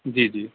ਜੀ ਜੀ